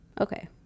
Okay